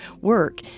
work